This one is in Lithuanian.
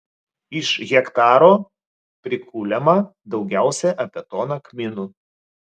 iš hektaro prikuliama daugiausiai apie toną kmynų